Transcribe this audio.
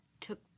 took